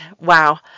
wow